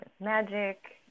magic